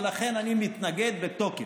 ולכן אני מתנגד בתוקף.